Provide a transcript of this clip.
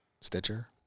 Stitcher